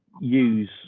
use